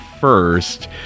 first